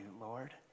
Lord